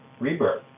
rebirth